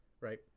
right